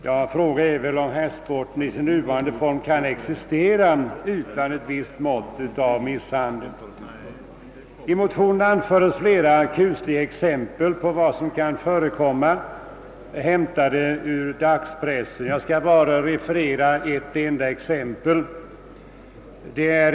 Ja, fråga är väl om hästsporten i sin nuvarande form ens kan existera utan ett visst mått av misshandel. I motionen anförs flera kusliga exempel hämtade ur dagspressen på vad som kan förekomma. Jag skall bara referera ett enda av dessa.